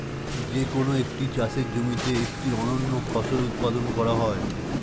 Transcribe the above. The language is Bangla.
যে কোন একটি চাষের জমিতে একটি অনন্য ফসল উৎপাদন করা হয়